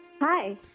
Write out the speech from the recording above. Hi